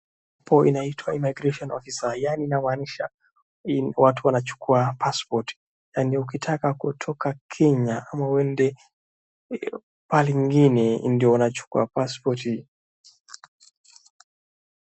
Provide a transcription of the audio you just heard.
Hapo inaitwa Immigration Officer yani ianamaanisha hii watu wanachukua passport .Na ndiyo ukitaka kutoka Kenya ama uende pahali ingine ndiyo unachukua passport .